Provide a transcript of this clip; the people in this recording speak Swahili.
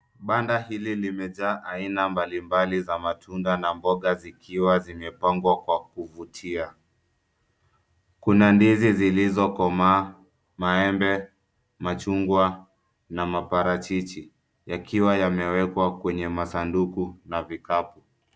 Banda hili limejaa aina mbalimbali za matunda na mboga zikiwa zimepangwa kwa kuvutia. Kuna ndizi zilizokomaa, maembe, machungwa, na maparachichi, yakiwa yamewekwa kwenye masanduku na vikapu.